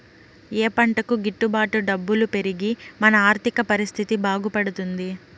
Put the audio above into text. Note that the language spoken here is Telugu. ఏ పంటకు గిట్టు బాటు డబ్బులు పెరిగి మన ఆర్థిక పరిస్థితి బాగుపడుతుంది?